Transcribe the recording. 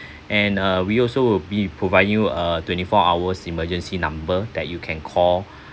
and uh we also will be provide you a twenty four hours emergency number that you can call